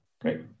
Great